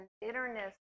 bitterness